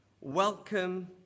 welcome